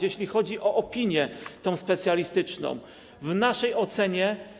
Jeśli chodzi o opinię specjalistyczną, w naszej ocenie.